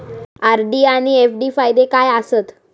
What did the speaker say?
RD आनि FD फायदे काय आसात?